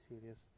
serious